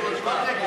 במקום נגד.